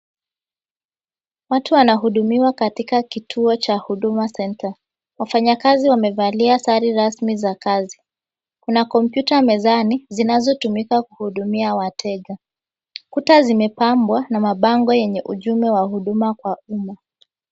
Watu wanahudumiwa katika kituo cha Huduma Centre. Wafanyakazi wamevalia sare rasmi za kazi. Kuna kompyuta mezani zinazotumika kuhudumia wateja. Kuta zimepambwa na mabango yenye ujumbe wa huduma kwa uma.